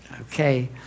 okay